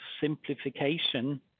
simplification